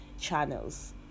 channels